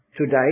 today